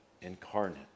incarnate